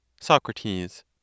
SOCRATES